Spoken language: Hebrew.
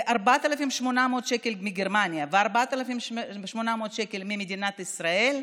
זה 4,800 שקל מגרמניה ו-4,800 שקל ממדינת ישראל,